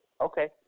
Okay